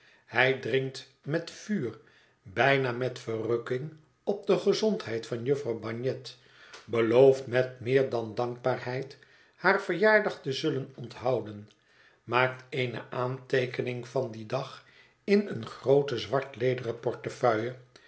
hij drinkt met vuur bijna met verrukking op de gezondheid van jufvrouw bagnet belooft met meer dan dankbaarheid haar verjaardag te zullen onthouden maakt eene aanteekening van dien dag in eene groote zwartlederen portefeuille